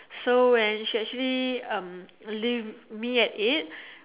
so when she actually um leave me at it